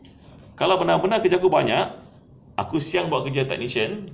kalau bena- benar kerja aku banyak aku siang buat kerja technician